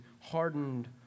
hardened